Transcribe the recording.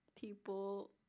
people